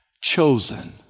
chosen